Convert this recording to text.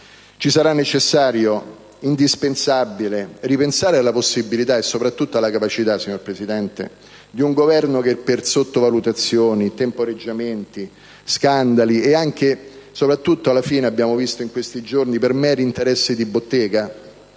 sarà necessario ed indispensabile ripensare alla possibilità, e soprattutto alla capacità, di un Governo che, per sottovalutazioni, temporeggiamenti, scandali e, come abbiamo visto in questi giorni, per meri interessi di bottega